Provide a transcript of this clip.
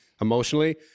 emotionally